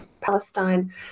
Palestine